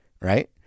right